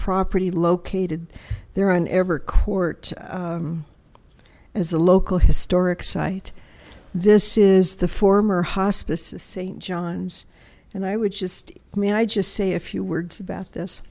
property located there on ever court as a local historic site this is the former hospice of st john's and i would just i mean i just say a few words about this